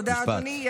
תודה, אדוני.